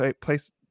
place